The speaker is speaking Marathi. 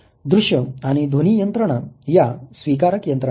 दृश्य आणि ध्वनी यंत्रणा या स्वीकारक यंत्रणा आहे